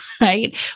right